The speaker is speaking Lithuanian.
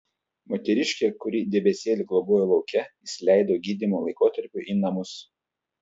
moteriškė kuri debesėlį globojo lauke įsileido gydymo laikotarpiui į namus